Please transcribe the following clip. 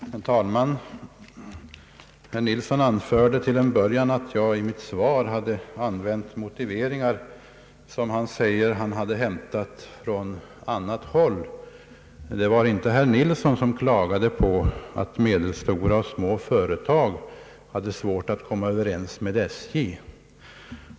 Herr talman! Herr Ferdinand Nilsson anförde till en början att jag i mitt svar hade använt motiveringar som han säger att han hade hämtat från annat håll. Det var inte herr Ferdinand Nilsson som hade klagat på att medelstora och små företag hade svårt att komma överens med SJ.